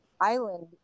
island